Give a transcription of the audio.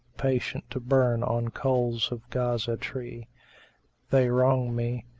patient to burn on coals of ghaza-tree they wrong me,